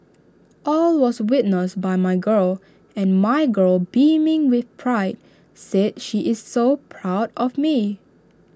all was witnessed by my girl and my girl beaming with pride said she is so proud of me